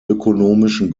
ökonomischen